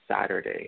Saturday